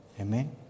Amen